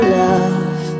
love